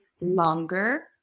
longer